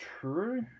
true